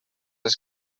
les